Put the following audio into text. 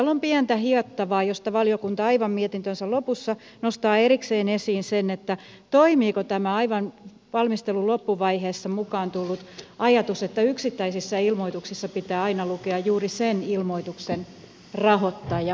siellä on pientä hiottavaa josta valiokunta aivan mietintönsä lopussa nostaa erikseen esiin sen toimiiko tämä aivan valmistelun loppuvaiheessa mukaan tullut ajatus että yksittäisissä ilmoituksissa pitää aina lukea juuri sen ilmoituksen rahoittaja